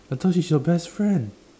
I thought she's your best friend